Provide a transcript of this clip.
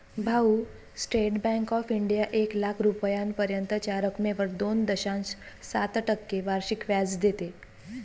भाऊ, state bank of India एक लाख रुपयांपर्यंतच्या रकमेवर दोन दशांश सात टक्के वार्षिक व्याज देते